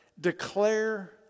declare